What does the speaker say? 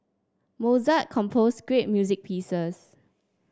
Mozart composed great music pieces